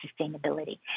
Sustainability